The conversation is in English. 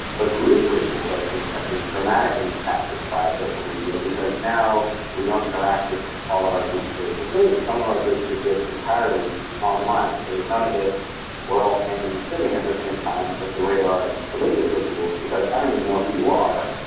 but group ritual i think has been dramatically impacted via social media because now we don't interact with all of our groups face-to-face, some um of our groups exist entirely online. so there's none of this we are all standing and sitting at the same time but the way there are in religious rituals because i don't even know who you are,